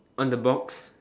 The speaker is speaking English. on the box